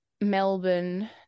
Melbourne